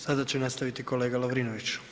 Sada će nastaviti kolega Lovrinović.